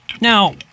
Now